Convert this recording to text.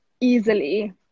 easily